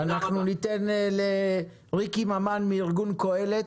הדוברת האחרונה תהיה ריקי ממן מארגון קהלת.